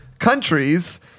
countries